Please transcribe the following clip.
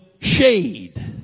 shade